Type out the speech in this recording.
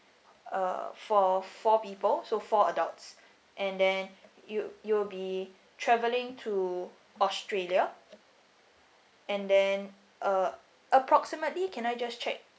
uh for four people so four adults and then you you'll be travelling to australia and then uh approximately can I just check